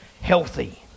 healthy